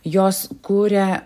jos kuria